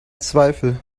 zweifel